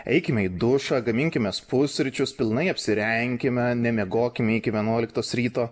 eikime į dušą gaminkimės pusryčius pilnai apsirenkime nemiegokime iki vienuoliktos ryto